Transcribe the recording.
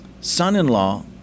son-in-law